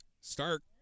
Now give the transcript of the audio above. Stark